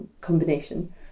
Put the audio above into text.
combination